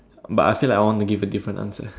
but I feel like I want to give a different answer